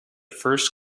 first